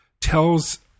tells